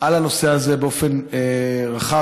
על הנושא הזה באופן רחב.